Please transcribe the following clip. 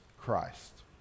Christ